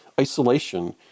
Isolation